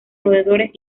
roedores